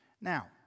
Now